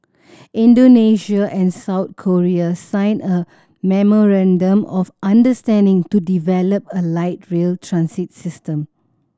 Indonesia and South Korea signed a memorandum of understanding to develop a light rail transit system